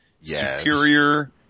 Superior